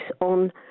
on